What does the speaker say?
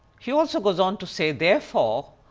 he also goes on to say therefore,